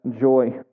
joy